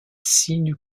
signe